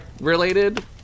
related